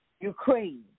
Ukraine